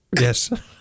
Yes